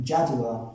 Jadua